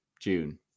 June